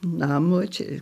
namo čia